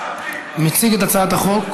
מציג את הצעת החוק